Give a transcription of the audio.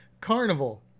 Carnival